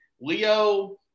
Leo